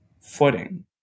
footing